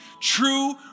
true